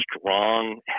strong